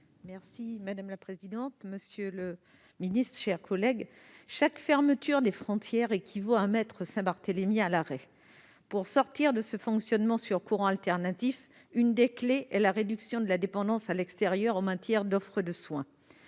Mme Micheline Jacques. Monsieur le secrétaire d'État, chaque fermeture des frontières équivaut à mettre Saint-Barthélemy à l'arrêt. Pour sortir de ce fonctionnement sur courant alternatif, une des clefs est la réduction de la dépendance à l'extérieur en matière d'offre de soins.